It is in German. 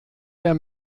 der